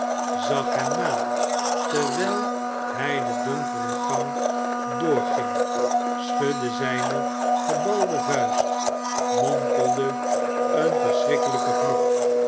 zag hem na terwijl hij de donkere gang doorging schudde zijne gebalde vuist mompelde een verschrikkelijken vloek